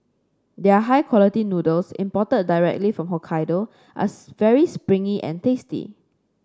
their high quality noodles imported directly from Hokkaido are very springy and tasty